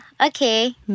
Okay